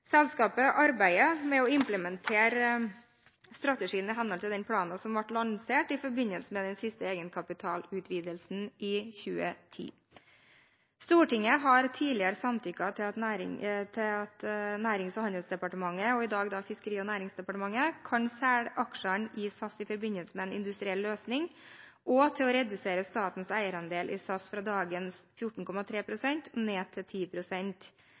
Selskapet arbeider med å implementere strategien i henhold til den planen som ble lansert i forbindelse med den siste egenkapitalutvidelsen i 2010. Stortinget har tidligere samtykket til at Nærings- og handelsdepartementet, i dag Nærings- og fiskeridepartementet, kan selge aksjene i SAS i forbindelse med en industriell løsning, og til at man kan redusere statens eierandel i SAS fra dagens 14,3 pst. ned til